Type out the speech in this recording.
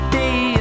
day